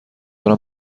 دارم